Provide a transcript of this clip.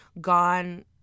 gone